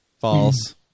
False